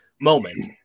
moment